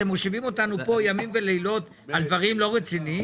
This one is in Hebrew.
אתם מושיבים אותנו פה ימים ולילות על דברים לא רציניים?